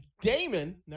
Damon